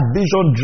vision